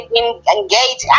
engage